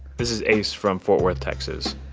this is ace from fort worth, texas.